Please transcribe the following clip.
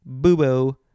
boobo